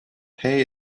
pay